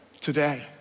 today